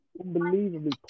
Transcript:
unbelievably